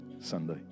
Sunday